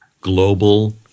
global